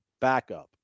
backup